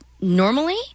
Normally